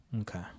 okay